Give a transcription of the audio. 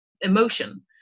emotion